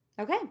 Okay